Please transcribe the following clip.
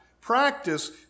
practice